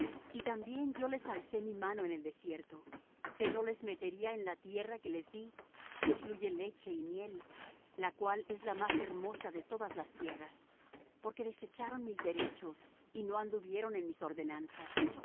y también yo les alcé mi mano en el desierto que no los metería en la tierra que les dí que fluye leche y miel la cual es la más hermosa de todas las tierras porque desecharon mis derechos y no anduvieron en mis ordenanzas